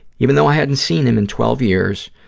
even though i hadn't seen him in twelve years,